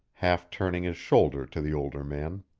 half turning his shoulder to the older man.